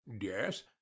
Yes